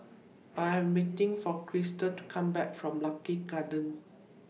I Am waiting For Crysta to Come Back from Lucky Gardens